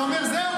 הוא אומר: זהו,